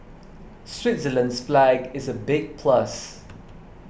Switzerland's flag is a big plus